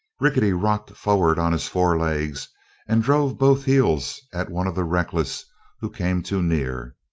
rickety rocked forward on his forelegs and drove both heels at one of the reckless who came too near.